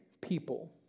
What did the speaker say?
people